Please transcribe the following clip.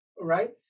right